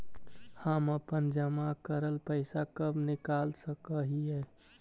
हम अपन जमा करल पैसा कब निकाल सक हिय?